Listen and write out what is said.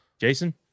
Jason